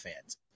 fans